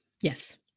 Yes